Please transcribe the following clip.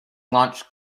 launch